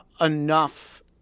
enough